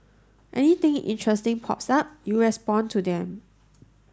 anything interesting pops up you respond to them